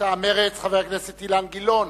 מטעם מרצ, חבר הכנסת אילן גילאון,